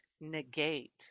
negate